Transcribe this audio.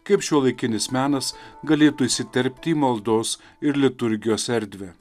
kaip šiuolaikinis menas galėtų įsiterpti į maldos ir liturgijos erdvę